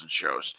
shows